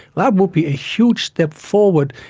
that would be a huge step forward,